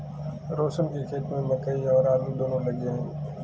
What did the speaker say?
रोशन के खेत में मकई और आलू दोनो लगे हैं